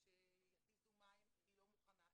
אם אין ספרינקלרים שיתיזו מים היא לא מוכנה.